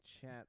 chat